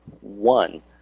one